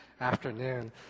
afternoon